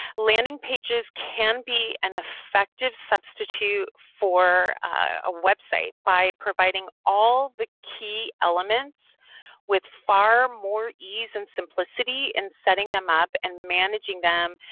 landing pages can be an effective substitute for a website by providing all the key elements with far more ease and simplicity in setting them up and managing them,